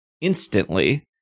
instantly